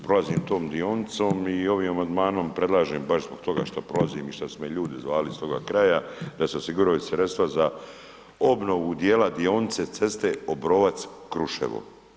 Prolazim tom dionicom i ovim amandmanom predlažem baš zbog toga što prolazim i što su me ljudi zvali iz toga kraja da se osiguraju sredstva za obnovu dijela dionice ceste Obrovac-Kruševo.